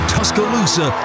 Tuscaloosa